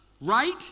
Right